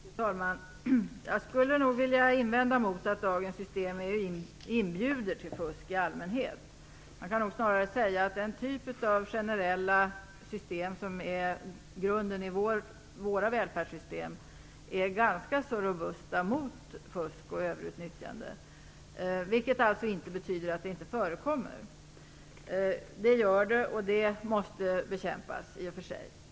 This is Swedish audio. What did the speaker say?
Fru talman! Jag skulle nog vilja invända mot påståendet att dagens system inbjuder till fusk i allmänhet. Man kan nog snarare säga att den typ av generella system som är grunden i våra välfärdssystem är ganska robust mot fusk och överutnyttjande, vilket alltså inte betyder att det inte förekommer. Det gör det, och det måste i och för sig bekämpas.